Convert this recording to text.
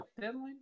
deadline